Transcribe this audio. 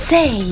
Say